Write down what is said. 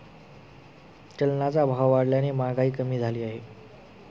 चलनाचा भाव वाढल्याने महागाई कमी झाली आहे